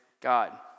God